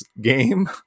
game